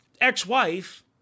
ex-wife